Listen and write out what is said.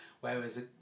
Whereas